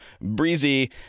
Breezy